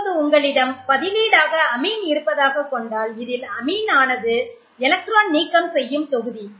இப்போது உங்களிடம் பதிலீடாக அமீன் இருப்பதாகக் கொண்டால் இதில் அமீன் ஆனது எலக்ட்ரான் நீக்கம் செய்யும் தொகுதி